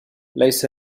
ليس